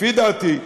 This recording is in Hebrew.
לפי דעתי,